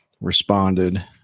responded